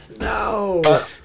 No